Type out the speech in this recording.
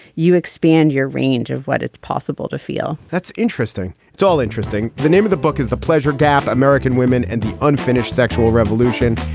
you expand your range of what it's possible to feel. that's interesting it's all interesting. the name of the book is the pleasure gap american women and unfinished sexual revolution.